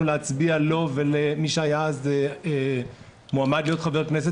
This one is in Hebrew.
להצביע לו ולמי שהיה אז מועמד להיות חבר כנסת,